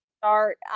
start